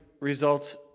results